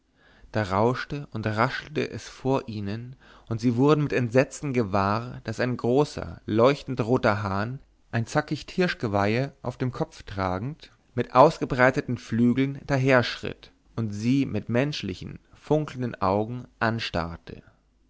da rauschte und raschelte es vor ihnen und sie wurden mit entsetzen gewahr daß ein großer leuchtendroter hahn ein zackicht hirschgeweihe auf dem kopfe tragend mit ausgebreiteten flügeln daherschritt und sie mit menschlichen funkelnden augen anstarrte